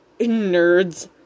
nerds